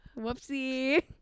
Whoopsie